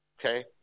okay